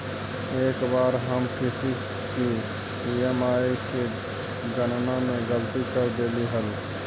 एक बार हम किसी की ई.एम.आई की गणना में गलती कर देली हल